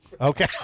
Okay